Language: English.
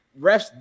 refs